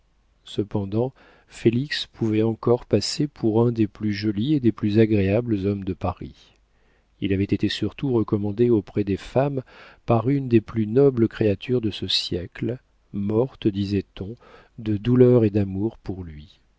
cependant félix pouvait encore passer pour un des plus jolis et des plus agréables hommes de paris il avait été surtout recommandé auprès des femmes par une des plus nobles créatures de ce siècle morte disait-on de douleur et d'amour pour lui